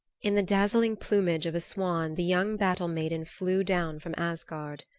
in the dazzling plumage of a swan the young battle-maiden flew down from asgard.